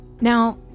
Now